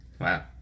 Wow